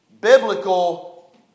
biblical